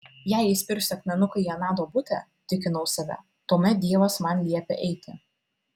jei įspirsiu akmenuką į aną duobutę tikinau save tuomet dievas man liepia eiti